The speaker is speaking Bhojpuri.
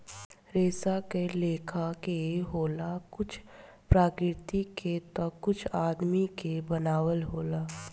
रेसा कए लेखा के होला कुछ प्राकृतिक के ता कुछ आदमी के बनावल होला